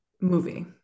movie